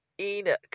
Enoch